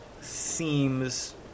seems